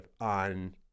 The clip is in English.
on